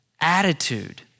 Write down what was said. attitude